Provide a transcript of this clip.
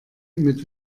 mit